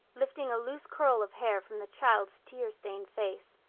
lifting a loose curl of hair from the child's tear-stained face.